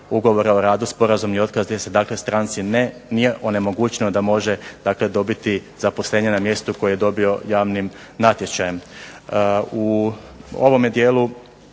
ugovora o radu, sporazumni otkaz gdje se dakle stranci nije onemogućeno da može dakle dobiti zaposlenje na mjestu koje je dobio javnim natječajem.